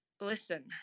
listen